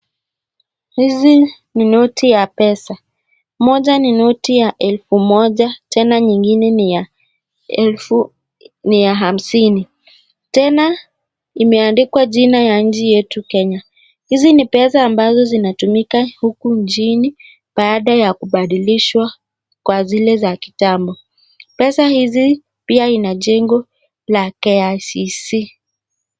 Hizi ni noti ya pesa. Moja ni noti ya elfu moja tena nyingine ni ya elfu ni ya hamsini. Tena imeandikwa jina ya nchi yetu Kenya. Hizi ni pesa ambazo zinatumika huku nchini baada ya kubadilika kwa zile za kitambo. Pesa hizi pia ina jengo la KICC.